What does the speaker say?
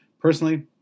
Personally